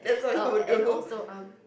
oh and also um